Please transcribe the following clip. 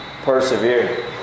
persevere